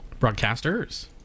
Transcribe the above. Broadcasters